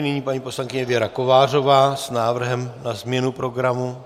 Nyní paní poslankyně Věra Kovářová s návrhem na změnu programu.